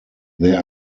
there